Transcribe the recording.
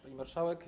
Pani Marszałek!